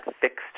fixed